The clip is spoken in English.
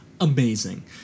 amazing